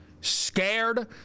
scared